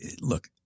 look